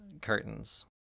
curtains